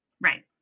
Right